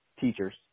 teachers